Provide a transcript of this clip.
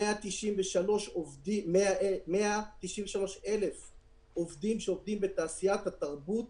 על 193,000 עובדים שעובדים בתעשיית התרבות